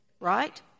Right